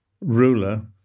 ruler